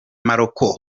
morocco